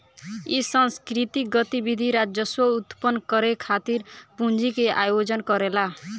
इ सांस्कृतिक गतिविधि राजस्व उत्पन्न करे खातिर पूंजी के आयोजन करेला